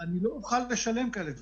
אני לא אוכל לשלם כאלה דברים.